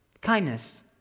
Kindness